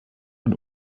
und